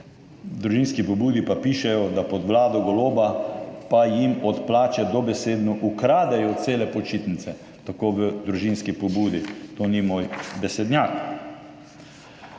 V Družinski pobudi pa pišejo, da pod vlado Goloba pa jim od plače dobesedno ukradejo cele počitnice. Tako v Družinski pobudi. To ni moj besednjak.